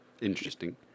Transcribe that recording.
Interesting